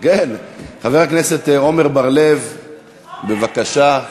חבר הכנסת עמר בר-לב, בבקשה.